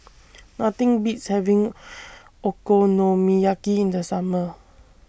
Nothing Beats having Okonomiyaki in The Summer